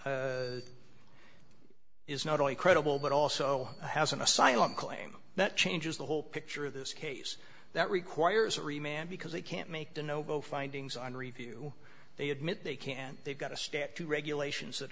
he is not only credible but also has an asylum claim that changes the whole picture of this case that requires every man because they can't make the no go findings on review they admit they can't they've got to stand up to regulations that